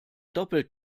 doppelt